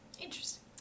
Interesting